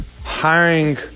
hiring